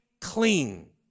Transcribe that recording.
clean